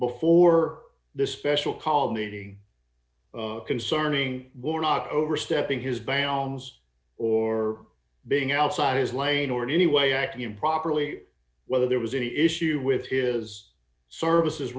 before the special called meeting concerning were not overstepping his bounds or being outside his lane or in any way acting improperly whether there was any issue with his services